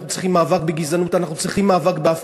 אנחנו צריכים מאבק בגזענות,